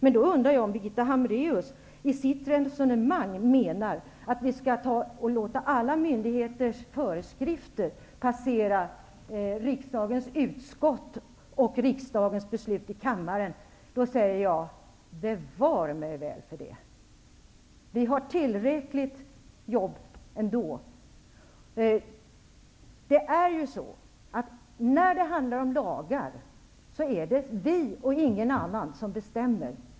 Jag undrar om Birgitta Hambraeus med sitt resonemang menar att vi skall låta alla myndigheters föreskrifter passera riksdagens utskott och sedan bli föremål för beslut i kammaren. Då säger jag: Bevare mig väl för det! Vi har tillräckligt mycket jobb ändå. När det handlar om lagar är det riksdagen och ingen annan som bestämmer.